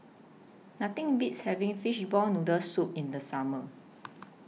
Nothing Beats having Fishball Noodle Soup in The Summer